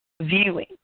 viewing